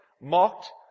mocked